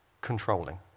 controlling